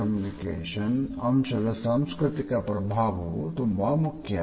C ಅಂಶದ ಸಾಂಸ್ಕೃತಿಕ ಪ್ರಭಾವವು ಮುಖ್ಯ